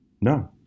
No